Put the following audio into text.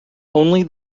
only